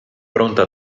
pronta